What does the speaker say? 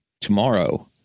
tomorrow